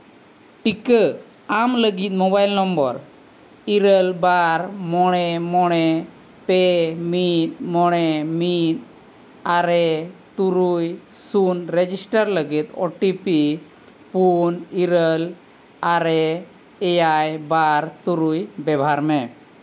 ᱴᱤᱠᱟᱹ ᱟᱢ ᱞᱟᱹᱜᱤᱫ ᱢᱳᱵᱟᱭᱤᱞ ᱱᱚᱢᱵᱚᱨ ᱤᱨᱟᱹᱞ ᱵᱟᱨ ᱢᱚᱬᱮ ᱢᱚᱬᱮ ᱯᱮ ᱢᱤᱫ ᱢᱚᱬᱮ ᱢᱤᱫ ᱟᱨᱮ ᱛᱩᱨᱩᱭ ᱥᱩᱱ ᱨᱮᱡᱤᱥᱴᱟᱨ ᱞᱟᱹᱜᱤᱫ ᱳ ᱴᱤ ᱯᱤ ᱯᱩᱱ ᱤᱨᱟᱹᱞ ᱟᱨᱮ ᱮᱭᱟᱭ ᱵᱟᱨ ᱛᱩᱨᱩᱭ ᱵᱮᱵᱚᱦᱟᱨ ᱢᱮ